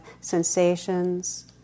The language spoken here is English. sensations